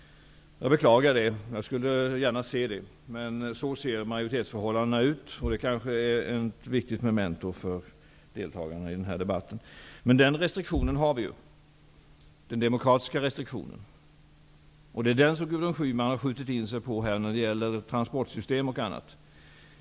Jag beklagar det. Jag skulle gärna se att så var fallet, men så ser majoritetsförhållandena ut. Det kanske är ett viktigt memento för deltagarna i den här debatten. Vi har ju den demokratiska restriktionen. Det är den som Gudrun Schyman har skjutit in sig på, när det gäller transportsystem och annat.